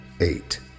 eight